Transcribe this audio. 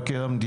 את זה להצבעה.